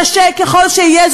קשה ככל שתהיה,